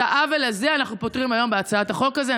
את העוול הזה אנחנו פותרים היום בהצעת החוק הזאת.